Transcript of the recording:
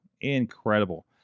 incredible